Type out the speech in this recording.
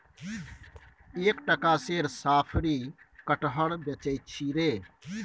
कए टका सेर साफरी कटहर बेचय छी रे